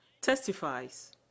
testifies